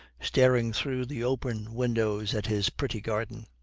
staring through the open windows at his pretty garden.